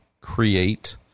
create